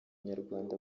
nyarwanda